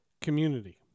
community